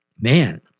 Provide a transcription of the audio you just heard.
Man